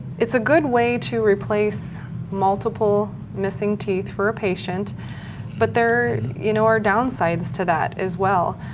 it's a good way to replace multiple missing teeth for a patient but there you know are down side to that, as well.